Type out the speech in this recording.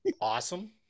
awesome